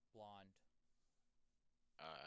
Blonde